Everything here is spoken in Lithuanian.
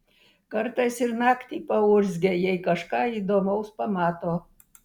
kartais ir naktį paurzgia jei kažką įdomaus pamato